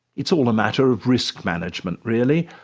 it's all a matter of risk management, really,